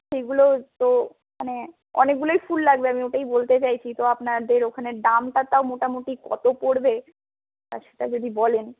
সেগুলো তো মানে অনেকগুলোই ফুল লাগবে আমি ওটাই বলতে চাইছি তো আপনাদের ওখানে দামটা তাও মোটামুটি কত পড়বে সেটা যদি বলেন